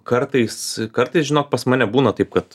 kartais kartais žinok pas mane būna taip kad